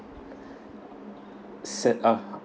set ah